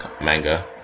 manga